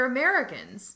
Americans